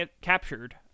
captured